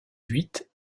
huit